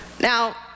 Now